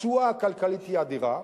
התשואה הכלכלית היא אדירה,